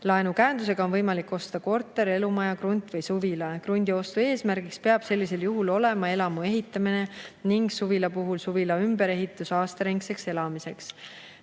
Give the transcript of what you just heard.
käendusega on võimalik osta korter, elumaja, krunt või suvila. Krundi ostu eesmärk peab sellisel juhul olema elamu ehitamine ning suvila puhul suvila ümberehitus aastaringseks elamiseks.